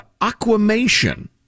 aquamation